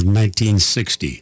1960